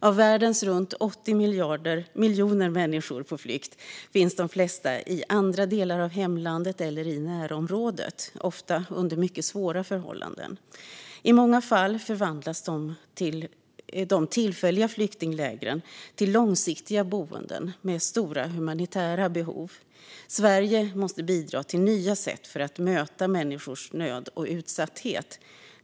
Av världens runt 80 miljoner människor på flykt finns de flesta i andra delar av hemlandet eller i närområdet, ofta under mycket svåra förhållanden. I många fall förvandlas de tillfälliga flyktinglägren till långsiktiga boenden med stora humanitära behov. Sverige måste bidra till nya sätt att möta människors nöd och utsatthet.